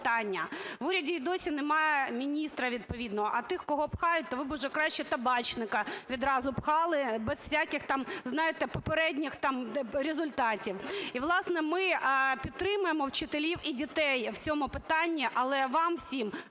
В уряді і досі немає міністра відповідного, а тих, кого пхають, то ви б уже краще Табачника відразу пхали без всяких там, знаєте, попередніх там результатів. І, власне, ми підтримаємо вчителів і дітей в цьому питанні. Але вам усім